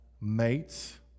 mates